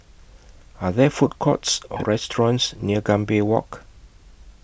Are There Food Courts Or restaurants near Gambir Walk